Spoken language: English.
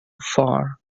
far